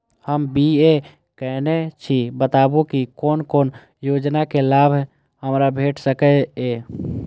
हम बी.ए केनै छी बताबु की कोन कोन योजना के लाभ हमरा भेट सकै ये?